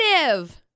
creative